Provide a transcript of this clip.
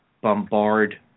bombard